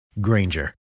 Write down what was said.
Granger